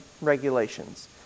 regulations